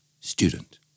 Student